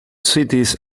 cities